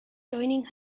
joining